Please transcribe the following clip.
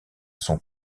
son